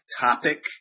topic